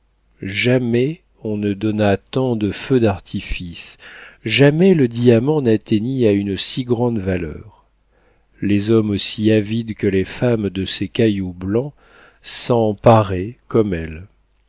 jamais on ne donna tant de feux d'artifice jamais le diamant n'atteignit à une si grande valeur les hommes aussi avides que les femmes de ces cailloux blancs s'en paraient comme elles